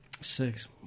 Six